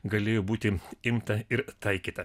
galėjo būti imta ir taikyta